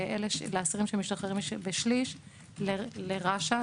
לאסירים שמשתחררים בשליש לרש"א,